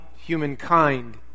humankind